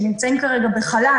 שנמצאים כרגע בחל"ת,